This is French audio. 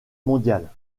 mondiale